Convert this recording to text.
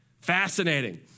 Fascinating